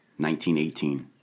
1918